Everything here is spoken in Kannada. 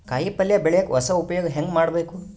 ಕಾಯಿ ಪಲ್ಯ ಬೆಳಿಯಕ ಹೊಸ ಉಪಯೊಗ ಹೆಂಗ ಮಾಡಬೇಕು?